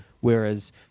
Whereas